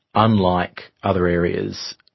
unlike other areas,